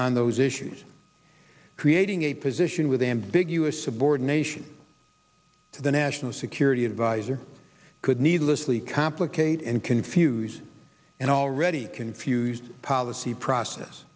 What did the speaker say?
on those issues creating a position with ambiguous subordination to the national security adviser could needlessly complicated and confuse and already confused policy process